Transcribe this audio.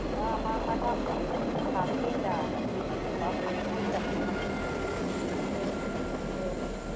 नङा मा मा दामनि खाहोयो होन्दों आं जेनेबा हाजिराखौ सासेयाव बेसे औ औ